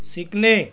शिकणे